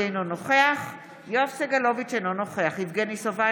אינו נוכח יואב סגלוביץ' אינו נוכח יבגני סובה,